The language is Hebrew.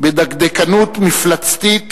בדקדקנות מפלצתית